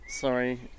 Sorry